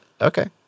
Okay